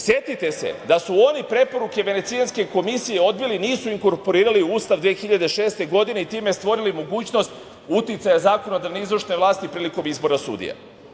Setite se da su oni preporuke Venecijanske komisije odbili, nisu inkorporirali u Ustav 2006. godine i time stvorili mogućnost uticaja zakonodavne izvršne vlasti prilikom izbora sudija.